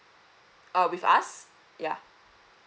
uh with us ya